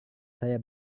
saya